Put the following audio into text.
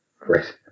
Right